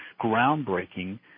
groundbreaking